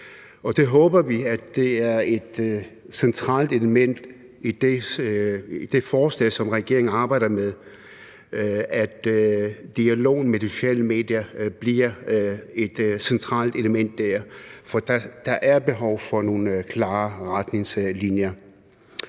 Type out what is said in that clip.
det håber vi er et centralt element i det forslag, som regeringen arbejder med, nemlig at dialogen med de sociale medier bliver et centralt element der, for der er behov for nogle klarere retningslinjer.